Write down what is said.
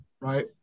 right